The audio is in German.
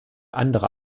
andere